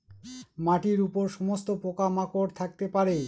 মাটির উপর সমস্ত পোকা মাকড় থাকতে পারে